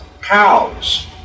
cows